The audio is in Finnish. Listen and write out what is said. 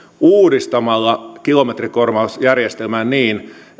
uudistamalla kilometrikorvausjärjestelmän niin